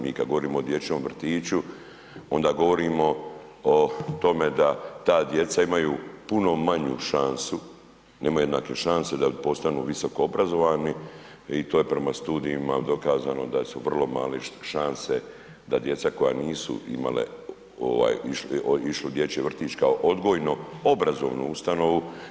Mi kada govorimo o dječjem vrtiću, onda govorimo o tome, da ta djeca imaju puno manju šansu, … šanse da postanu visoko obrazovani i to je prema studijima, dokazano, da su vrlo male šanse, da djeca koja nisu imale, išli u dječji vrtić, kao odgojno obrazovnu ustanovu.